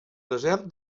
desert